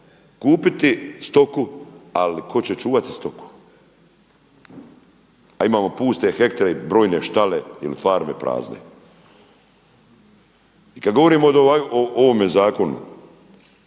kupiti stoku, ali tko će čuvati stoku? A imamo puste hektare i brojne štale ili farme prazne. I kada govorimo o ovome zakonu,